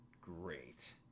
great